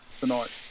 tonight